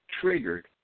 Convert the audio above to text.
triggered